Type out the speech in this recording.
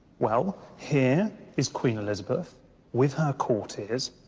well, here is queen elizabeth with her courtiers,